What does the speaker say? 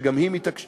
שגם היא מתקשה,